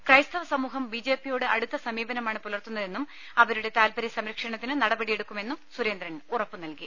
ക്രൈസ്ത വസമൂഹം ബിജെപിയോട് അടുത്തസമീപനമാണ് പുലർത്തുന്നതെന്നും അവരുടെ താൽപര്യസംരക്ഷണത്തിന് നടപടിയെടുക്കുമെന്നും സുരേന്ദ്രൻ ഉറപ്പുനൽകി